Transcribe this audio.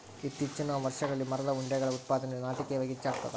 ಇತ್ತೀಚಿನ ವರ್ಷಗಳಲ್ಲಿ ಮರದ ಉಂಡೆಗಳ ಉತ್ಪಾದನೆಯು ನಾಟಕೀಯವಾಗಿ ಹೆಚ್ಚಾಗ್ತದ